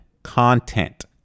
content